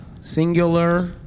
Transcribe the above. singular